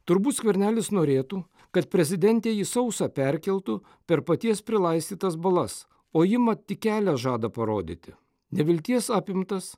turbūt skvernelis norėtų kad prezidentė jį sausą perkeltų per paties prilaistytas balas o ji mat tik kelią žada parodyti nevilties apimtas